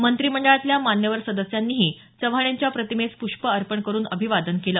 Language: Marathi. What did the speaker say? मंत्रिमंडळातल्या मान्यवर सदस्यांनीही चव्हाण यांच्या प्रतिमेस प्ष्प अर्पण करुन अभिवादन केलं